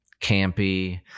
campy